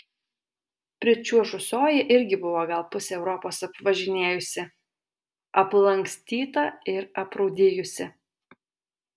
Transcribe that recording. pričiuožusioji irgi buvo gal pusę europos apvažinėjusi aplankstyta ir aprūdijusi